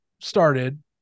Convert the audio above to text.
started